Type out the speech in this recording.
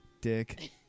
dick